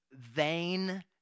vain